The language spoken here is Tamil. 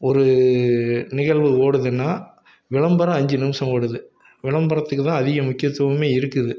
ஒரு நிகழ்வு ஓடுதுன்னா விளம்பரம் அஞ்சு நிமிடம் ஓடுது விளம்பரத்துக்கு தான் அதிக முக்கியத்துவம் இருக்குது